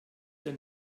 der